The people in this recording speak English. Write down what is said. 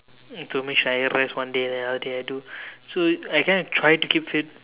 to make sure I rest one day then the other day I do so I kind of try to keep fit